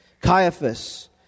Caiaphas